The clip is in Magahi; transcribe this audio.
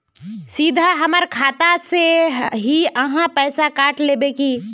सीधा हमर खाता से ही आहाँ पैसा काट लेबे की?